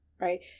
Right